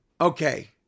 okay